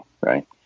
Right